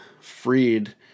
freed